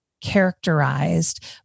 characterized